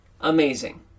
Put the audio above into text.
amazing